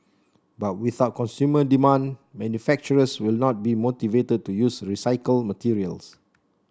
but without consumer demand manufacturers will not be motivated to use recycled materials